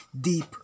deep